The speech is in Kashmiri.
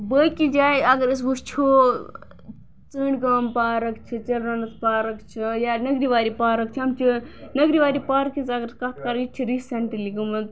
باقے جایہِ اگر أسۍ وٕچھو ژوٗنٹھۍ گام پارک چھِ چلڑرنس پارک چھِ یا نٔگدِوادی پارک چھِ یِم چھِ نٔگدِوادی پارکہ ہنٛز اگر کَتھ کَرو یتہِ چھِ ریسینٹلی گٔمٕژ